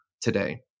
today